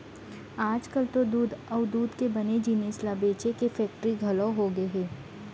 आजकाल तो दूद अउ दूद के बने जिनिस ल बेचे के फेक्टरी घलौ होगे हे